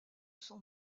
son